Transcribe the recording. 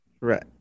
Right